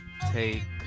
take